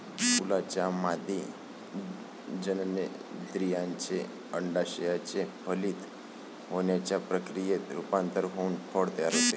फुलाच्या मादी जननेंद्रियाचे, अंडाशयाचे फलित होण्याच्या प्रक्रियेत रूपांतर होऊन फळ तयार होते